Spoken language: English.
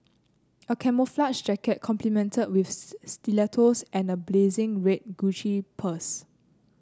a camouflages jacket complemented with stilettos and a blazing red Gucci purse